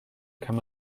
kann